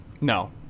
No